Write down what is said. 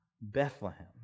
Bethlehem